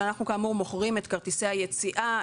שאנחנו כאמור מוכרים את כרטיסי היציאה.